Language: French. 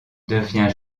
devient